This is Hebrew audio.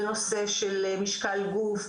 בנושא של משקל גוף,